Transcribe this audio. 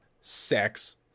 Sex